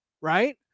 right